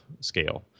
scale